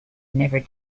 never